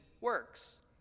works